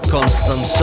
Constant